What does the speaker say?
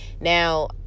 now